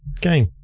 game